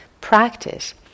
practice